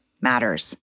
matters